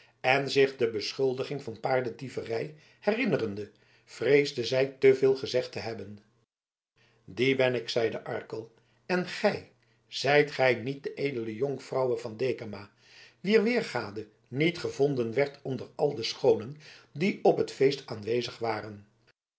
en zich de beschuldiging van paardendieverij herinnerende vreesde zij te veel gezegd te hebben die ben ik zeide arkel en gij zijt gij niet de edele jonkvrouwe van dekama wier weergade niet gevonden werd onder al de schoonen die op het feest aanwezig waren